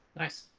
nice.